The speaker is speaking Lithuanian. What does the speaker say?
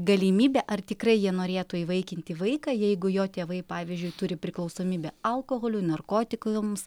galimybę ar tikrai jie norėtų įvaikinti vaiką jeigu jo tėvai pavyzdžiui turi priklausomybę alkoholiui narkotikams